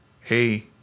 hey